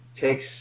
takes